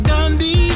Gandhi